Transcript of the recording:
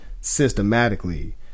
systematically